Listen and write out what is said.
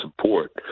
support